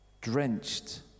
drenched